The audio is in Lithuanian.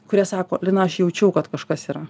kurie sako lina aš jaučiau kad kažkas yra